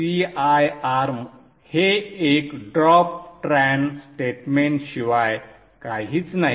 Cir हे एक drop ट्रॅन स्टेटमेंटशिवाय काहीच नाही